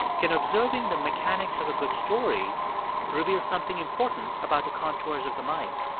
can observing the mechanics of a good story reveal something important about the contours of the mind?